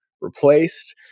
replaced